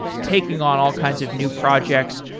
taking on all kinds of new projects,